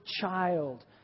child